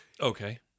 Okay